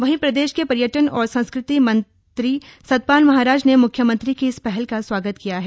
वहीं प्रदेश के पर्यटन और संस्कृति मंत्री सतपाल महाराज ने म्ख्यमंत्री की इस पहल का स्वागत किया है